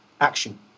action